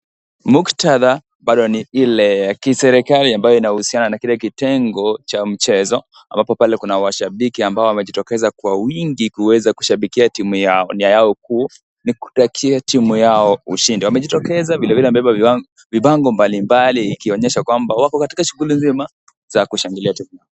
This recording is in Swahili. Muktadha bado ni ile wa kiserikali ambayo inahusiana na kile kitengo cha mchezo ambapo pale kuna mashabiki ambao wamejitokeza kwa wingi kuweza kushabikia timu yao. Nia yao kuu ni kutakiatimu yao ushindi. Wamejitokeza vilevile wamebeba vibango mbalimbali ikionyeshwa kwamba wako katika shughuli nzima za kushangilia timu.